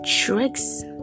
tricks